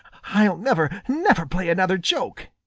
i'll never, never play another joke,